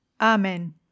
Amen